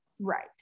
right